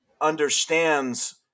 understands